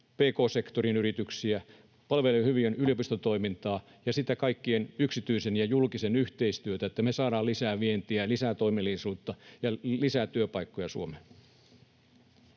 pk-sektorin yrityksiä, palvelee hyvin yliopistotoimintaa ja sitä kaikkea yksityisen ja julkisen yhteistyötä, niin että me saadaan lisää vientiä ja lisää toimeliaisuutta ja lisää työpaikkoja Suomeen.